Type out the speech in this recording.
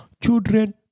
Children